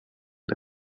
det